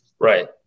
right